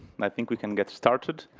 i think we can get started.